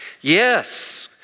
Yes